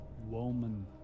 Woman